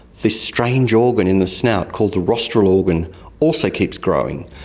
this strange organ in the snout called the rostral organ also keeps growing.